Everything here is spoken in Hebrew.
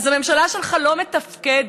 אז הממשלה שלך לא מתפקדת.